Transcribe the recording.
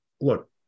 look